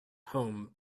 home